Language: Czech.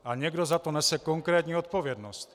A někdo za to nese konkrétní odpovědnost.